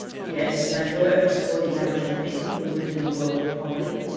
yes, they were exploiting aboriginal people who lived in a world of poverty,